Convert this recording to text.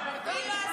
איפה הם?